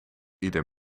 ieder